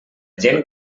gent